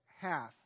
half